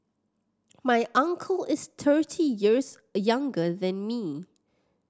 my uncle is thirty years younger than me